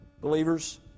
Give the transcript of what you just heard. Believers